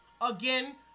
again